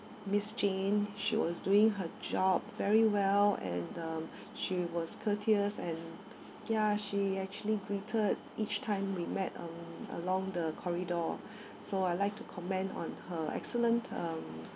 miss jane she was doing her job very well and uh she was courteous and ya she actually greeted each time we met uh along the corridor so I like to comment on her excellent um